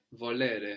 volere